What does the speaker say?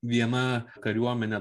viena kariuomenė